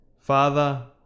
Father